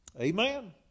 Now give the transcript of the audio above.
Amen